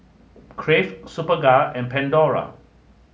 Crave Superga and Pandora